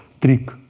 trick